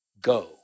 Go